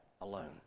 alone